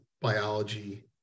biology